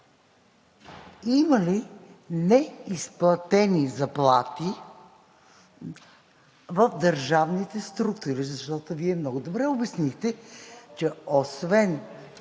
има ли неизплатени заплати в държавните структури? Защото Вие много добре обяснихте, че освен